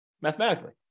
mathematically